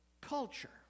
culture